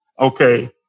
okay